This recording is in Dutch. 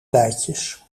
bijtjes